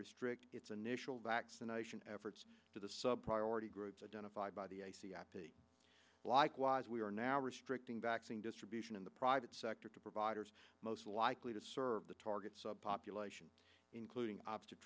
restrict its initial vaccination efforts to the sub priority groups identified by the i c i p likewise we are now restricting vaccine distribution in the private sector to providers most likely to serve the targets population including o